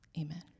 Amen